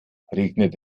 regnet